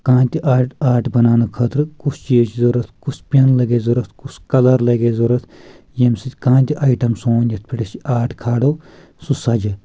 کانٛہہ تہِ آٹ آٹ بناونہٕ خٲطرٕ کُس چیٖز چھُ ضوٚرتھ کُس پیٚن لَگہِ اَسہِ ضوٚرتھ کُس کَلَر لَگہِ اَسہِ ضوٚرتھ ییٚمہِ سۭتۍ کانٛہہ تہِ آیٹَم سون یَتھ پؠٹھ أسۍ آٹ کھالو سُہ سَجہِ